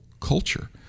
culture